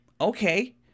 okay